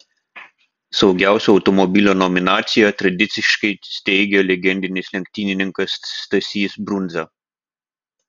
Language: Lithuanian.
saugiausio automobilio nominaciją tradiciškai steigia legendinis lenktynininkas stasys brundza